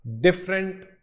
different